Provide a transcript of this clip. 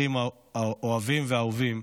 אחים אוהבים ואהובים,